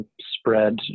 spread